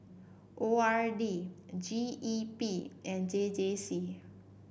O R D G E P and J J C